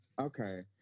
Okay